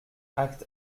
acte